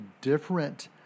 different